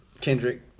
Kendrick